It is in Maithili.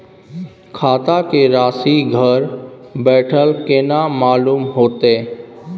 खाता के राशि घर बेठल केना मालूम होते?